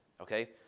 okay